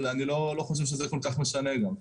אבל זה לא משנה לדעתי.